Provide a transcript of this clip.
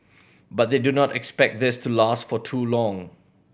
but they do not expect this to last for too long